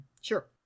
Sure